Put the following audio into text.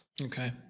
Okay